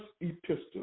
epistle